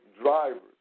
drivers